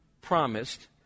promised